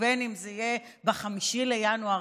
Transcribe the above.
ובין שזה יהיה ב-5 בינואר,